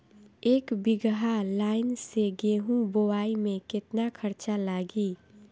एक बीगहा लाईन से गेहूं बोआई में केतना खर्चा लागी?